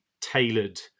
tailored